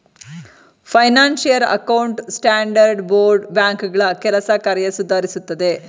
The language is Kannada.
ಫೈನಾನ್ಸಿಯಲ್ ಅಕೌಂಟ್ ಸ್ಟ್ಯಾಂಡರ್ಡ್ ಬೋರ್ಡ್ ಬ್ಯಾಂಕ್ಗಳ ಕೆಲಸ ಕಾರ್ಯ ಸುಧಾರಿಸುತ್ತದೆ